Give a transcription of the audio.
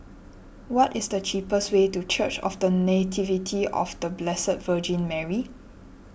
what is the cheapest way to Church of the Nativity of the Blessed Virgin Mary